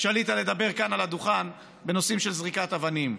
כשעלית לדבר כאן על הדוכן בנושאים של זריקת אבנים.